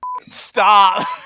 Stop